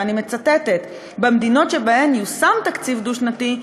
ואני מצטטת: במדינות שבהן יושם תקציב דו-שנתי,